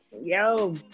Yo